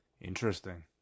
Interesting